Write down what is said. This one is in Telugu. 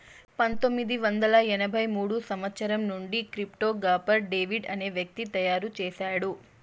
పంతొమ్మిది వందల ఎనభై మూడో సంవచ్చరం నుండి క్రిప్టో గాఫర్ డేవిడ్ అనే వ్యక్తి తయారు చేసాడు